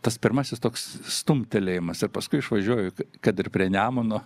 tas pirmasis toks stumtelėjimas ir paskui išvažiuoju kad ir prie nemuno